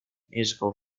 musical